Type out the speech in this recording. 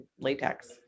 latex